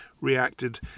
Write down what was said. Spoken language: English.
reacted